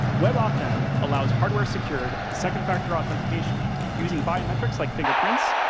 webauthn allows hardware-secured, second-factor authentication using biometrics like fingerprints,